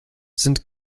sind